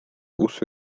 usu